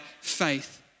faith